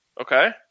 okay